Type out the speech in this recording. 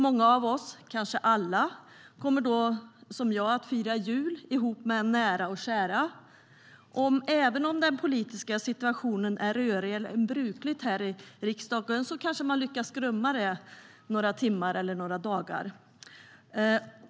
Många av oss, kanske alla, kommer då som jag att fira jul ihop med nära och kära. Även om den politiska situationen är rörigare än brukligt här i riksdagen kanske man lyckas glömma det i några timmar eller under några dagar.